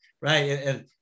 Right